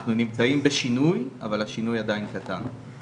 אנחנו נמצאים בשינוי, אבל השינוי עדיין קטן.